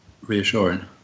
reassuring